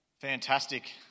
Fantastic